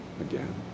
again